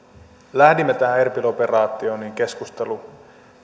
lähdimme tähän erbil operaatioon niin keskustelu